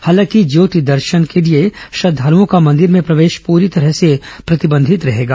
हालांकि ज्योत दर्शन के लिए श्रद्वालुओं का मंदिर में प्रवेश पूरी तरह प्रतिबंधित रहेगा